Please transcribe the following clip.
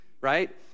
right